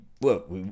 look